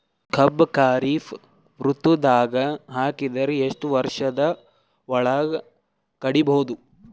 ಕಬ್ಬು ಖರೀಫ್ ಋತುದಾಗ ಹಾಕಿದರ ಎಷ್ಟ ವರ್ಷದ ಒಳಗ ಕಡಿಬಹುದು?